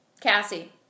Cassie